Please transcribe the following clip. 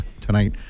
tonight